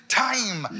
time